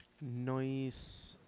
Nice